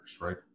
right